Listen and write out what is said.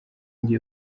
njye